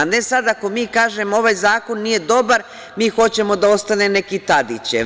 A ne sada, ako mi kažemo - ovaj zakon nije dobar, mi hoćemo da ostane neki Tadićev.